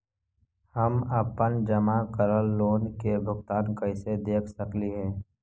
हम अपन जमा करल लोन के भुगतान कैसे देख सकली हे?